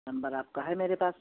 number आपका है मेरे पास